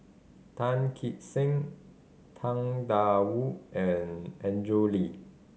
Tan Kee Sek Tang Da Wu and Andrew Lee